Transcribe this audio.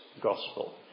gospel